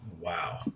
Wow